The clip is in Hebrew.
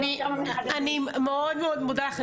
אני מאוד מודה לך.